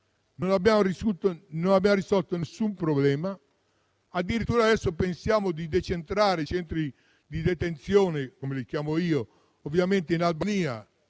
non abbiamo risolto nessun problema; addirittura adesso pensiamo di decentrare i centri di detenzione - come li chiamo io - in Albania,